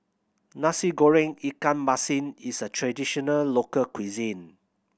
Nasi Goreng ikan masin is a traditional local cuisine